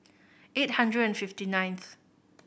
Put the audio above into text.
eight hundred and fifty ninth